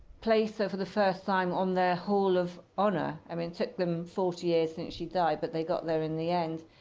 placed her, for the first time, on their hall of honor. i mean, it took them forty years since she died, but they got there in the end.